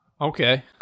Okay